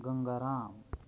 Gangaram